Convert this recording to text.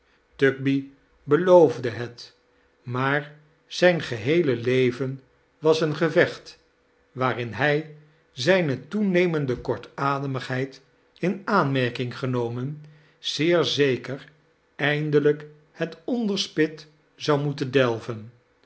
de het mar zijn geheele leven was een gevecht waarin hij zijne toenemende kortademigheid in aanimeirki'ng genomen zeer zeker eindelijk het ondeirspit zou moeten delven